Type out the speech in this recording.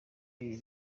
ibi